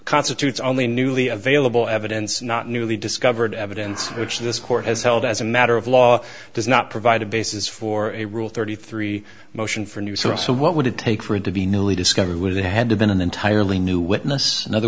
constitutes only newly available evidence not newly discovered evidence which this court has held as a matter of law does not provide a basis for a rule thirty three motion for a new source so what would it take for it to be newly discovered would it had been an entirely new witness in other